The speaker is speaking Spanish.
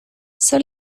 son